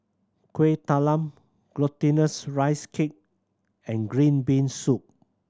Kueh Talam Glutinous Rice Cake and green bean soup